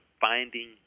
finding